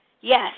Yes